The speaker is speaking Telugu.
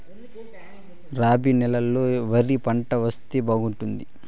రబి నెలలో ఏ వరి పంట వేస్తే బాగుంటుంది